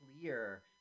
clear